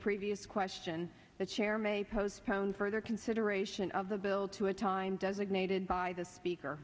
previous question the chair may postpone further consideration of the bill to a time does ignited by the speaker